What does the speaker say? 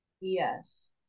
Yes